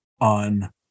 on